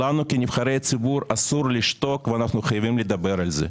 לנו כנבחרי ציבור אסור לשתוק ואנחנו חייבים לדבר על זה.